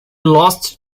lost